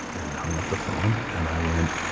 and i hung up the phone. and i went